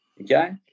okay